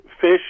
fish